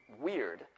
weird